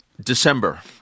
december